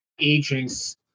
agents